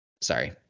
sorry